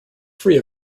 free